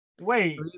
wait